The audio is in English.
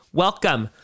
welcome